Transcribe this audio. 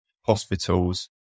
hospitals